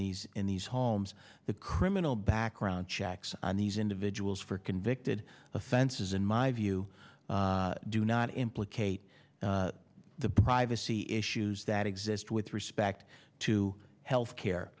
these in these holmes that criminal background checks on these individuals for convicted offenses in my view do not implicate the privacy issues that exist with respect to health care